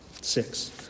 Six